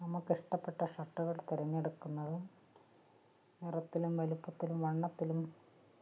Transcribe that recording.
നമുക്ക് ഇഷ്ടപ്പെട്ട ഷർട്ട്കൾ തിരഞ്ഞെടുക്കുന്നതും നിറത്തിലും വലിപ്പത്തിലും വണ്ണത്തിലും